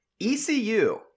ECU